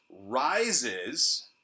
rises